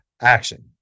action